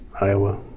Iowa